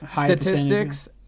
statistics